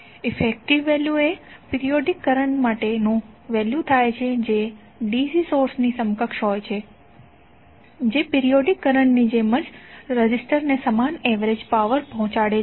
effective value એ periodic current માટેનું value થાય છે જે DC સોર્સની સમકક્ષ હોય છે જે પિરીયોડીક કરંટની જેમ રેઝિસ્ટરને સમાન એવરેજ પાવર પહોંચાડે છે